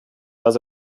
dass